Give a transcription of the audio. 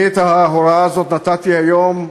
אני את ההוראה הזאת נתתי היום,